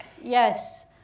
yes